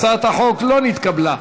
הצעת החוק לא נתקבלה.